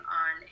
on